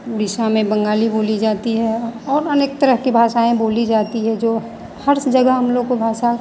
विश्व में बंगाली बोली जाती है और अन्य तरह की भाषाएँ बोली जाती है जो हर उस जगह हम लोगों को भाषा